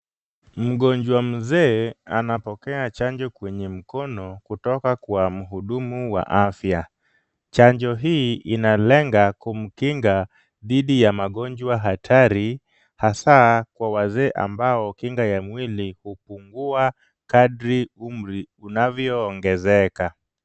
Mgonjwa mzee anapokea chanjo kwenye mkono kutoka kwa mhudumu wa afya. Chanjo hii inalenga kumkinga dhidi ya magonjwa hatari hasa kwa wazee ambao kinga ya mwili hupungua kadri umri unapoongezeka.